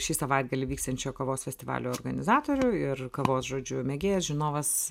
šį savaitgalį vyksiančio kavos festivalio organizatorių ir kavos žodžiu mėgėjas žinovas